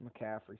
McCaffrey